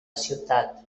ciutat